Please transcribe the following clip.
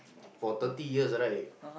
for thirty years right